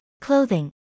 clothing